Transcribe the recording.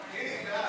6),